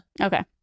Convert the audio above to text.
Okay